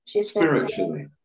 spiritually